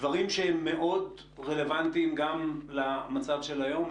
דברים שהם מאוד רלוונטיים גם למצב של היום.